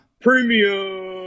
Premium